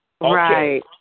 Right